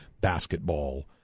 basketball